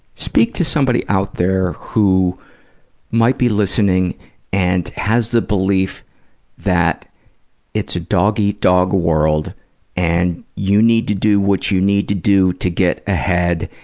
speak to somebody out there who might be listening and has the belief that it's a dog-eat-dog world and you need to do what you need to do to get ahead,